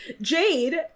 Jade